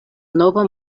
nova